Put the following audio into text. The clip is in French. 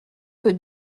peut